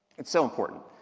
it's so important.